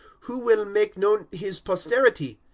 who will make known his posterity?